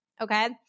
Okay